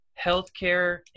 healthcare